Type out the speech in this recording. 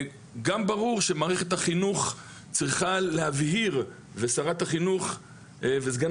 גם ברור שמערכת החינוך צריכה להבהיר ושרת החינוך וסגן